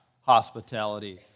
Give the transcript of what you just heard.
hospitality